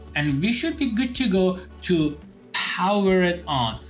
and we should be good to go to power it on.